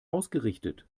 ausgerichtet